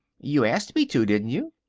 you asked me to, didn't you?